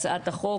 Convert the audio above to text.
סעיף (17) להצעת החוק,